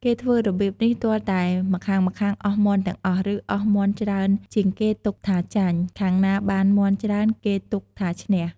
គេធ្វើរបៀបនេះទាល់តែម្ខាងៗអស់មាន់ទាំងអស់ ឬអស់មាន់ច្រើនជាងគេទុកថាចាញ់ ខាងណាបានមាន់ច្រើនគេទុកថាឈ្នះ ។